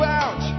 out